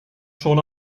schon